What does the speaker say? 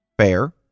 Fair